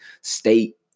state